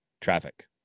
traffic